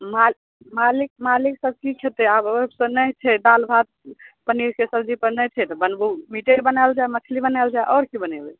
मा मालिक मालिक सब की खेतै आब नहि छै दालि भात पनीरके सब्जीपर नहि छै तऽ बनबू मीटे आर बनायल जाए मछली बनायल जाए आओर की बनेबै